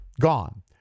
gone